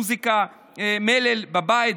מוזיקה ומלל בבית,